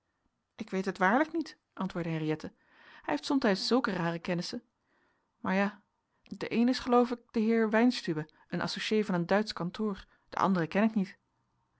ik weet het waarlijk niet antwoordde henriëtte hij heeft somtijds zulke rare kennissen maar ja de een is geloof ik de heer weinstübe een associé van een duitsch kantoor den anderen ken ik niet